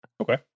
Okay